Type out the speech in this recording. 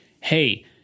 Hey